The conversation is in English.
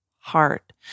heart